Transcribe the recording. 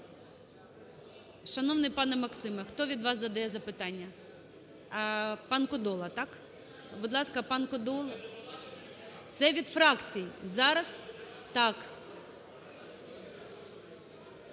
Шановний пане Максиме, хто від вас задає запитання? Пан Кодола, так? Будь ласка, пан Кодола… (Шум у залі) Це від фракцій. Зараз… Так.